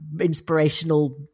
inspirational